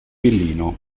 villino